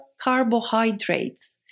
carbohydrates